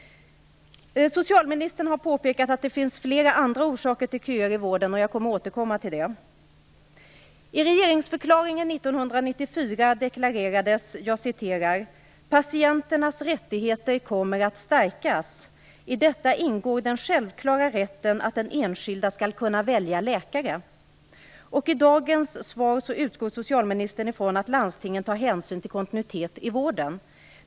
Socialministern har påpekat att det finns flera andra orsaker till köer i vården. Jag skall återkomma till dem. I regeringsförklaringen år 1994 deklarerades: Patienternas rättigheter kommer att stärkas. I detta ingår den självklara rätten att den enskilde skall kunna välja läkare. I dagens svar utgår socialministern från att landstingen tar hänsyn till kontinuitet i vården.